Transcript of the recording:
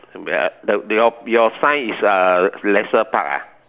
your sign is uh leisure park ah